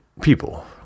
people